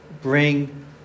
Bring